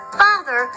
father